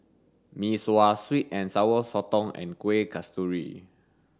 mee sua sweet and sour sotong and kueh kasturi